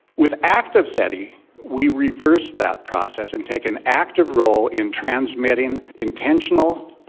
with active seti we reversed that process and take an active role in transmitting intentional,